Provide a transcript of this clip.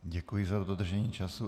Děkuji za dodržení času.